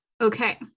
okay